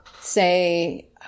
say